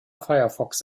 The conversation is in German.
firefox